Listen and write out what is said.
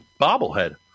bobblehead